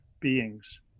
beings